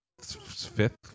fifth